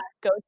go